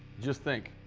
just think,